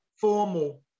formal